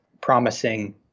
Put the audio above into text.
promising